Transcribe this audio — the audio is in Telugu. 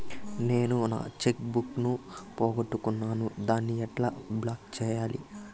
నేను నా చెక్కు బుక్ ను పోగొట్టుకున్నాను దాన్ని ఎట్లా బ్లాక్ సేయాలి?